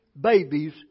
babies